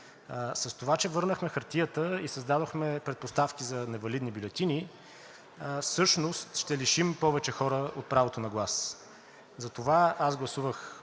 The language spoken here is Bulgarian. С това, че върнахме хартията и създадохме предпоставки за невалидни бюлетини, всъщност ще лишим повече хора от правото на глас. Затова аз гласувах